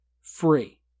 free